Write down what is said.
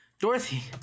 Dorothy